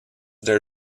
their